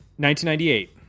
1998